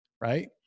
right